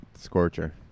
scorcher